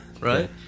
right